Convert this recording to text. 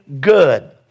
good